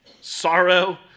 sorrow